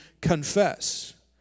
confess